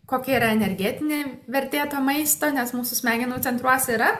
kokia yra energetinė vertė to maisto nes mūsų smegenų centruose yra